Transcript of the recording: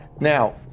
Now